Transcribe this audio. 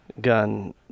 gun